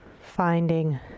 finding